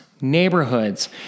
neighborhoods